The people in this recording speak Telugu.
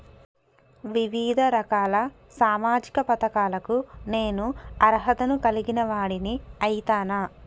వివిధ రకాల సామాజిక పథకాలకు నేను అర్హత ను కలిగిన వాడిని అయితనా?